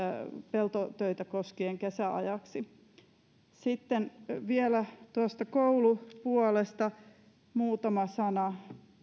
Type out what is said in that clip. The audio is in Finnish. peltotöitä koskien kesäajaksi sitten vielä koulupuolesta muutama sana